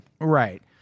Right